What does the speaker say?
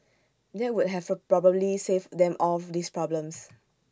that would have probably saved them all these problems